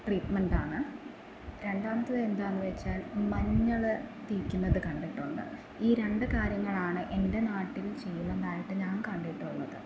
ട്രീറ്റ്മെൻ്റാണ് രണ്ടാമത്തേത് എന്താന്ന് വെച്ചാൽ മഞ്ഞള് തേക്കുന്നത് കണ്ടിട്ടുണ്ട് ഈ രണ്ട് കാര്യങ്ങളാണ് എൻ്റെ നാട്ടിൽ ചെയ്യുന്നതായിട്ട് ഞാൻ കണ്ടിട്ടുള്ളത്